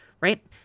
right